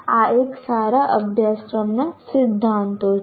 આ એક સારા અભ્યાસક્રમના સિદ્ધાંતો છે